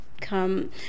come